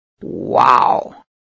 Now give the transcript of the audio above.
Wow